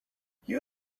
you